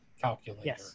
calculator